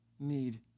Need